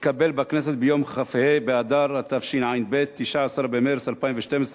התקבל בכנסת ביום כ"ה באדר התשע"ב, 19 במרס 2012,